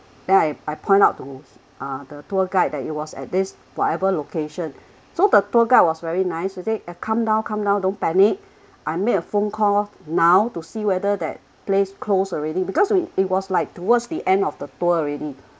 then I I point out to uh the tour guide that it was at this whatever location so the tour guide was very nice and said calm down calm down don't panic I'll make a phone call now to see whether that place close already because we it was like towards the end of the tour already